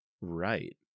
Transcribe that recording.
right